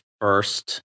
first